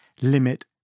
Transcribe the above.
limit